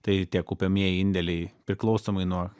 tai tie kaupiamieji indėliai priklausomai nuo